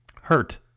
hurt